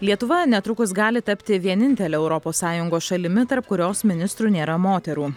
lietuva netrukus gali tapti vienintele europos sąjungos šalimi tarp kurios ministrų nėra moterų